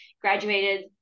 graduated